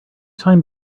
time